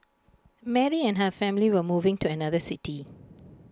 Mary and her family were moving to another city